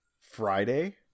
Friday